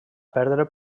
perdre